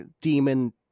demon